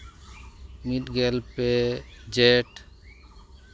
ᱢᱤᱫᱜᱮᱞ ᱯᱮ ᱡᱷᱮᱸᱴ